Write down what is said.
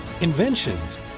inventions